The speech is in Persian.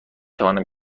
توانم